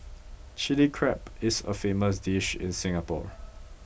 chilli crab is a famous dish in Singapore